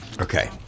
Okay